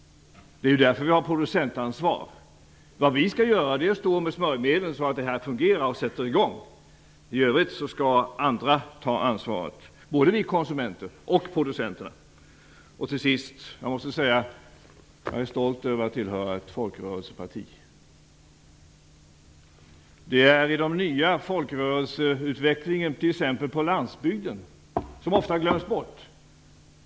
Det är därför vi har producentansvar. Vi skall bistå med smörjmedel så att det här fungerar och sätter i gång. I övrigt skall andra ta ansvaret, både konsumenter och producenter. Till sist måste jag säga att jag är stolt över att tillhöra ett folkrörelseparti. Utvecklingen av den nya folkrörelsen t.ex. på landsbygden glöms ofta bort.